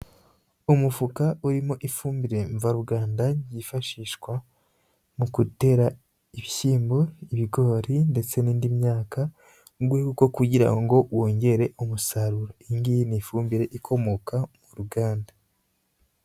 Umufuka urimo ifumbire mvaruganda yifashishwa mu gutera ibishyimbo, ibigori, ndetse n'indi myaka, mu rwego rwo kugirango wongere umusaruro. Iyi ngiyi ni ifumbire ikomoka mu ruganda.